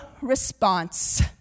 response